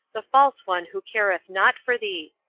the false one who careth not for thee.